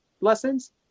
lessons